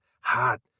hot